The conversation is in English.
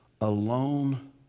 alone